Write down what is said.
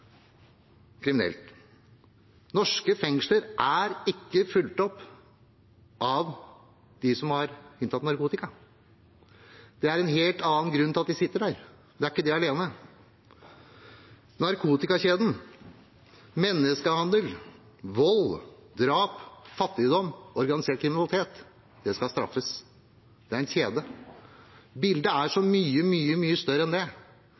kriminelt. Norske fengsler er ikke fylt opp av dem som har inntatt narkotika. Det er en helt annen grunn til at de sitter der – det er ikke det alene. Narkotikakjeden, menneskehandel, vold, drap, fattigdom, organisert kriminalitet, skal straffes. Det er en kjede. Bildet er så mye, mye større enn det.